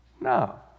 no